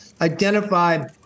identify